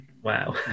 Wow